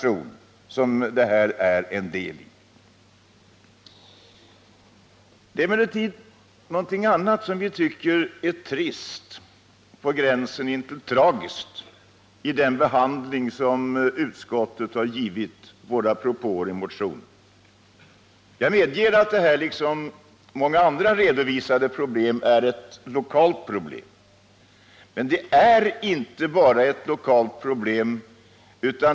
Det finns också något annat som vi tycker är trist, på gränsen till tragiskt, och det är utskottets behandling av våra propåer i motionen. Jag medger att detta är ett lokalt problem — liksom fallet är med många andra redovisade problem. Men det är inte bara ett lokalt problem.